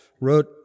wrote